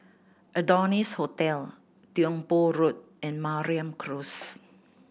Adonis Hotel Tiong Poh Road and Mariam Close